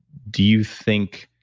do you think,